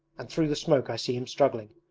and through the smoke i see him struggling.